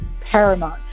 paramount